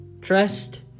trust